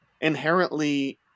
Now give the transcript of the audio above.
inherently